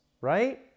Right